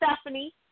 Stephanie